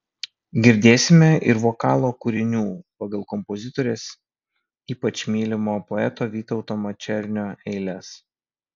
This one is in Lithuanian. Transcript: girdėsime ir vokalo kūrinių pagal kompozitorės ypač mylimo poeto vytauto mačernio eiles